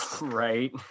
right